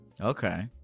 Okay